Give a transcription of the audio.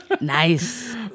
Nice